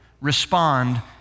Respond